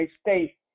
stay